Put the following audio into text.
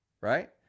right